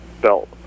belt